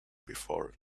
before